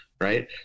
right